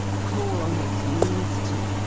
crawl on his knees to,